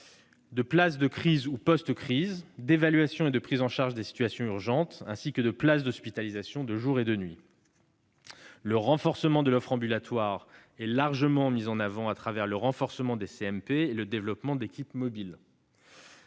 de places de crise ou post-crise, d'évaluation et de prise en charge des situations urgentes, ainsi que de places d'hospitalisation de jour et de nuit. Le renforcement de l'offre ambulatoire est largement mis en avant au travers du renforcement des CMP et du développement d'équipes mobiles.